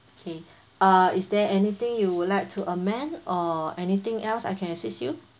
K uh is there anything you would like to amend or anything else I can assist you